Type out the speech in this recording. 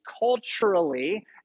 culturally